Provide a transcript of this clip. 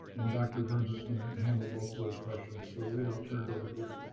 and dr. burns is going to handle both of those questions. so lita, i'll turn it over to you.